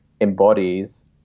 embodies